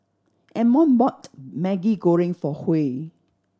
Ammon bought Maggi Goreng for Huy